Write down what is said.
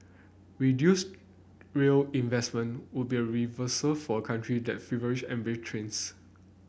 reduced rail investment would be a reversal for a country that feverishly embraced trains